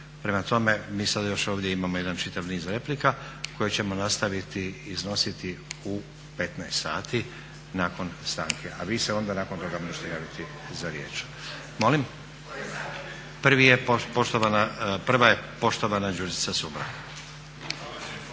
Prema tome, mi sad još ovdje imamo jedan čitav niz replika koje ćemo nastaviti iznositi u 15,00 sati nakon stanke. A vi se onda nakon toga možete javiti za riječ. … /Upadica se